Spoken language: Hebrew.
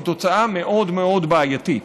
היא תוצאה מאוד מאוד בעייתית.